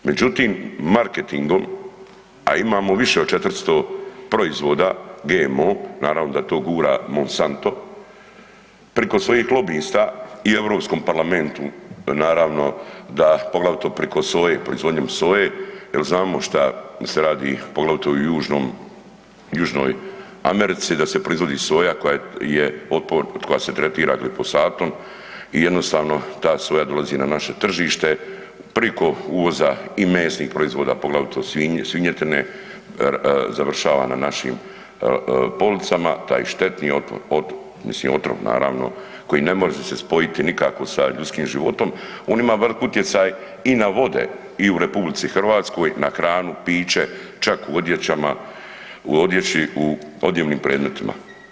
Međutim marketingom a imamo više od 400 proizvoda GMO, naravno da to gura Monsanto preko svojih lobista i u Europskom parlamentu naravno da poglavito preko soje, proizvodnjom soje jer znamo šta se radi poglavito u južnoj Americi, da se proizvodi soja koja je otpor, koja se tretira glifosatom i jednostavno ta soja dolazi na naše tržište priko uvoza i mesnih proizvoda, poglavito od svinjetine, završava na našim policama, taj štetni otrov, mislim otrov naravno koji ne može se spojiti nikako sa ljudskom životom, on ima velik utjecaj i na vode i u RH, na hranu, piće, čak u odjeći, u odjevnim predmetima.